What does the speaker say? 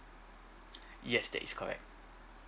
yes that is correct